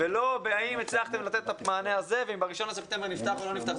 ולא בהאם הצלחתם לתת את המענה הזה ואם ב-1 בספטמבר נפתח או לא נפתח.